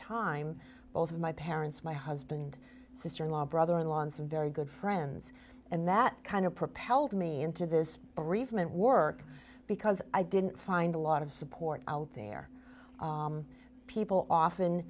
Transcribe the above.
time both of my parents my husband sister in law brother in law and some very good friends and that kind of propelled me into this bereavement work because i didn't find a lot of support out there people often